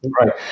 Right